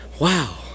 Wow